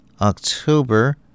October